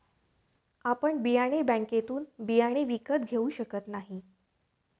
आपण बियाणे बँकेतून बियाणे विकत घेऊ शकत नाही